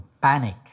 panic